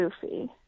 goofy